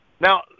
Now